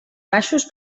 baixos